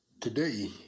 Today